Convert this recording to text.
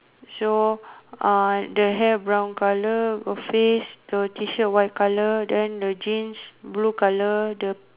so uh the hair brown colour the face the T shirt white colour then the jeans blue colour the